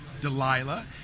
Delilah